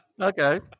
Okay